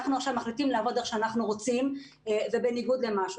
אנחנו עכשיו מחליטים לעבוד איך שאנחנו רוצים ובניגוד למשהו.